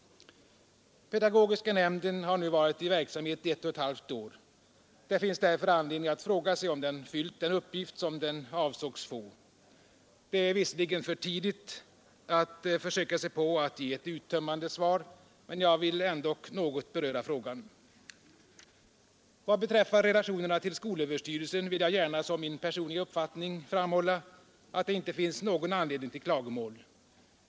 Pedagogiska nämnden har nu varit i verksamhet ett och ett halvt år. Det finns därför anledning att fråga sig om den fyllt de uppgifter som den avsågs få. Det är visserligen för tidigt att försöka sig på att ge ett uttömmande svar, men jag vill ändock något beröra frågan. Vad beträffar relationerna till skolöverstyrelsen vill jag gärna som min personliga uppfattning framhålla att det inte finns någon anledning till klagomål.